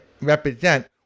represent